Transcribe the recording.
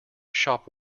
shop